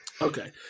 Okay